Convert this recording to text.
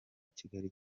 kigali